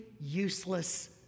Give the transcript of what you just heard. useless